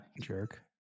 Jerk